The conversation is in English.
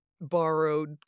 borrowed